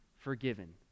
forgiven